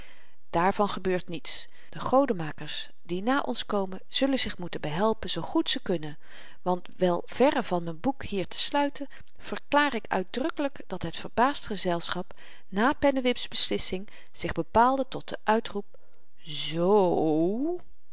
daarvan gebeurt niets de godenmakers die na ons komen zullen zich moeten behelpen zoo goed ze kunnen want wel verre van m'n boek hier te sluiten verklaar ik uitdrukkelyk dat het verbaasd gezelschap na pennewip's beslissing zich bepaalde tot den uitroep z